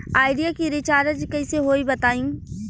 Idea के recharge कइसे होई बताईं?